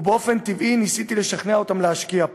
ובאופן טבעי ניסיתי לשכנע אותם להשקיע פה.